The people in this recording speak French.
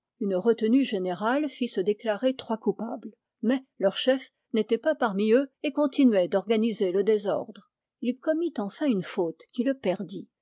une retenue générale fit se déclarer trois coupables mais leur chef n'était pas parmi eux et continuait d'organiser le désordre il commit enfin une faute qui le perdit